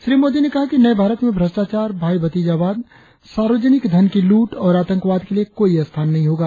श्री मोदी ने कहा कि नए भारत में भ्रष्टाचार भाई भतीजावाद सार्वजनिक धन की लूट और आतंकवाद के लिए कोई स्थान नहीं होगा